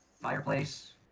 fireplace